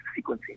sequencing